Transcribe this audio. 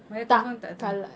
datang tak tahu